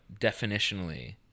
definitionally